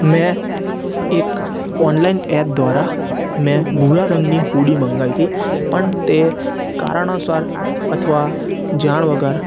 મેં એક online app દ્વારા મેં ભૂરા રંગની હૂડી મંગાવી હતી પણ તે કારણોસર અથવા જાણ વગર